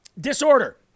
disorder